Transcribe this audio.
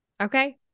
Okay